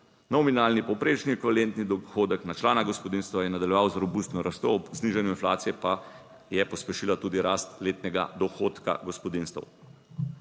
Nominalni povprečni kvalentni dohodek na člana gospodinjstva je nadaljeval z robustno rastjo, ob znižanju inflacije pa je pospešila tudi rast letnega dohodka gospodinjstev.